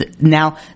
Now